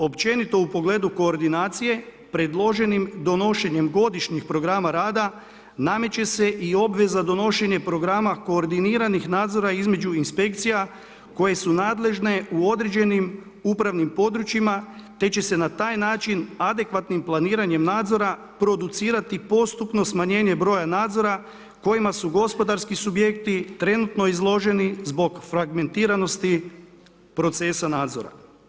Općenito u pogledu koordinacije predloženim donošenjem godišnjih programa rada nameće se i obveza donošenja programa koordiniranih nadzora između inspekcija koje su nadležne u određenim upravnim područjima te će se na taj način adekvatnim planiranjem nadzora producirati postupno smanjenje broja nadzora kojima su gospodarski subjekti trenutno izloženi zbog fragmentiranosti procesa nadzora.